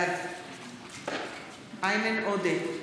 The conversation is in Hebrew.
בעד איימן עודה,